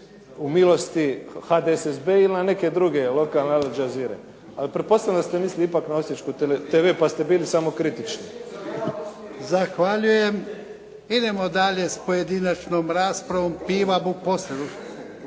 u milosti HDSSB-a ili na neke druge lokalne Al Jazeere. Ali pretpostavljam da ste mislili na osječku TV pa ste bili samokritični. **Jarnjak, Ivan (HDZ)** Zahvaljujem. Idemo dalje s pojedinačnom raspravom. Idemo dalje,